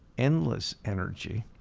endless energy,